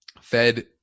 Fed